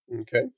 Okay